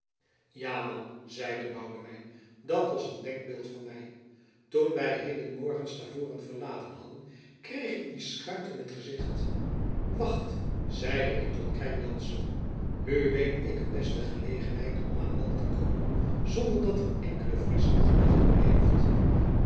ja man zeide boudewijn dat was een denkbeeld van mij toen wij hedenmorgen stavoren verlaten hadden kreeg ik die schuit in t gezicht wacht zeide ik tot krijn jansz nu weet ik een beste gelegenheid om aan wal te komen zonder dat een enkele fries er gedachte op heeft